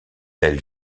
elle